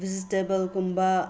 ꯚꯤꯖꯤꯇꯦꯕꯜꯒꯨꯝꯕ